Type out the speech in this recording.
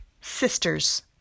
Sisters